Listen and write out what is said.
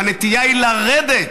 והנטייה היא לרדת,